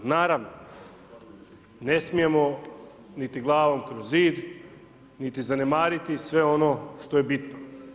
Naravno, ne smijemo niti glavom kroz zid, niti zanemariti sve ono što je bitno.